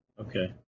Okay